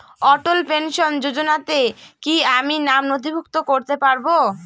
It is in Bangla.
অটল পেনশন যোজনাতে কি আমি নাম নথিভুক্ত করতে পারবো?